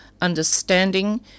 understanding